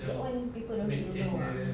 that one people don't think don't know ah